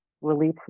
relief